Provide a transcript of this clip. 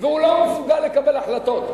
והוא לא מסוגל לקבל החלטות.